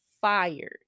fired